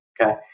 Okay